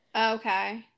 okay